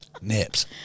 Nips